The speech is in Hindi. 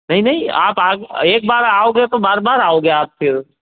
नहीं नहीं आप आओ एक बार आओगे तो बार बार आओगे आप तो